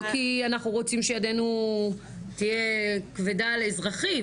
לא כי אנחנו רוצים שידינו תהיה כבדה על אזרחים